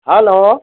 hello